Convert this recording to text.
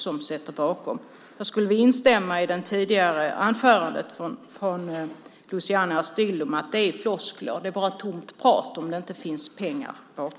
Jag vill instämma i Luciano Astudillos anförande i den tidigare interpellationsdebatten att det är floskler och bara tomt prat om det inte finns pengar bakom.